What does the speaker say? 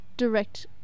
direct